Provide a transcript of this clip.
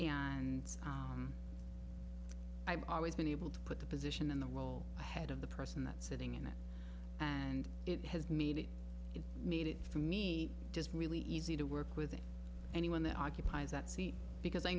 and i've always been able to put the position in the role ahead of the person that's sitting in it and it has me to it made it for me just really easy to work with anyone that occupies that seat because i